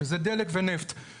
שזה דלק ונפט.